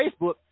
Facebook